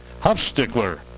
Huffstickler